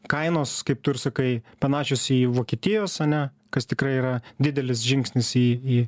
kainos kaip tu ir sakai panašios į vokietijos ane kas tikrai yra didelis žingsnis į į